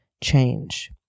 change